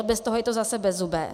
Bez toho je to zase bezzubé.